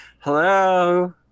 hello